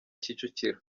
kicukiro